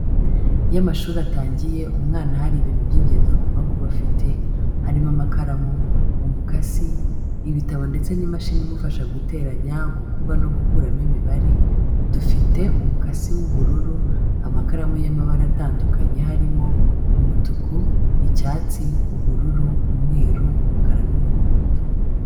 Iyo amashuri atangiye umwana hari ibintu by'ingenzi agomba kuba afite, harimo amakaramu, umukasi, ibitabo ndetse n'imashini imufasha guteranya, gukuba no gukuramo imibare, dufite umukasi w'ubururu, amakaramu y'amabara atandukanye harimo: umutuku, icyatsi, ubururu, umweru, umukara n'umuhondo.